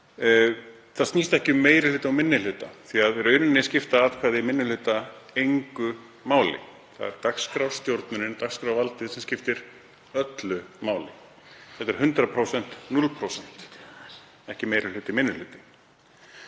Það snýst ekki um meiri hluta og minni hluta því að í raun skipta atkvæði minni hlutans engu máli. Það er dagskrárstjórnunin, dagskrárvaldið, sem skiptir öllu máli. Þetta er 100% gegn 0%, ekki meiri hluti og minni hluti.